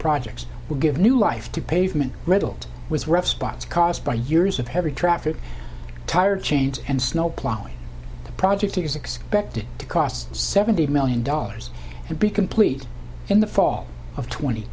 projects will give new life to pavement raddled was rough spots caused by years of heavy traffic tire chains and snow plowing the project is expected to cost seventy million dollars and be complete in the fall of twenty